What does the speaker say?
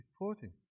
reporting